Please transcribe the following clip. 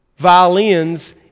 Violins